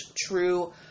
true